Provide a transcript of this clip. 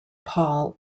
paul